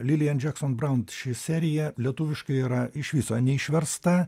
lilian jackson braun t ši serija lietuviškai yra iš viso neišversta